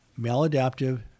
maladaptive